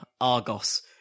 Argos